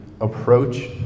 approach